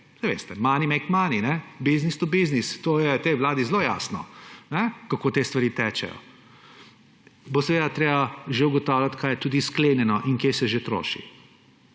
veste – money makes money, business to business. To je tej vladi zelo jasno, kako te stvari tečejo. Bo seveda treba že ugotavljati, kaj je tudi sklenjeno in kje se že troši.